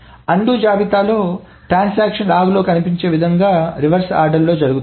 undo జాబితాలో transactions log లో కనిపించే విధంగా రివర్స్ ఆర్డర్లో జరుగుతాయి